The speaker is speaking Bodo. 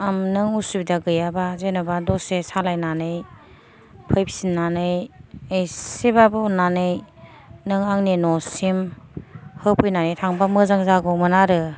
नों असुबिदा गैयाबा जेनबा दसे सालायनानै फैफिनानै एसेबाबो अननानै नों आंनि न'सिम होफैनानै थांबा मोजां जागौमोन आरो